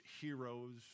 heroes